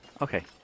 Okay